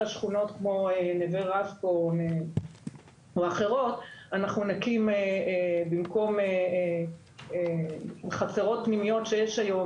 שכונות כמו נווה רסקו או אחרות אנחנו נקים במקום חצרות פנימיות שיש היום,